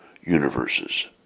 universes